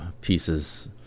pieces